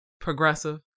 Progressive